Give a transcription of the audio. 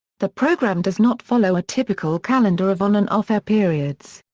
the program does not follow a typical calendar of on and off air periods.